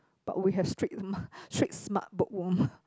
but we have street ma~ street smart bookworm